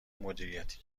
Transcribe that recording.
مدیریتی